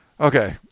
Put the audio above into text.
okay